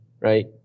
right